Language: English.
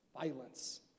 violence